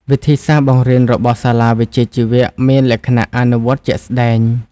វិធីសាស្ត្របង្រៀនរបស់សាលាវិជ្ជាជីវៈមានលក្ខណៈ អនុវត្តជាក់ស្តែង។